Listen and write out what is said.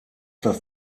das